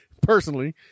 personally